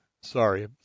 Sorry